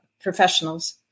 professionals